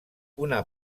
una